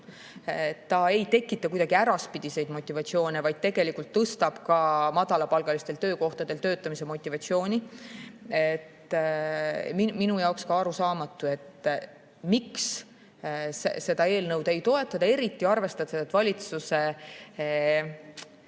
See ei tekita kuidagi äraspidiseid motivatsioone, vaid tegelikult tõstab ka madalapalgalistel töökohtadel töötamise motivatsiooni. Minugi jaoks on arusaamatu, miks seda eelnõu ei toetata, eriti arvestades seda, et valitsuse